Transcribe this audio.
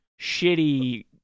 shitty